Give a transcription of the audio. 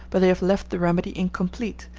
but they have left the remedy incomplete,